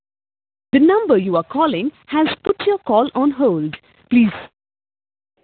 the number you are calling has put your call on hold please